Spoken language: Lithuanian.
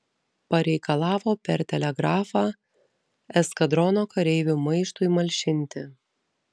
pareikalavo per telegrafą eskadrono kareivių maištui malšinti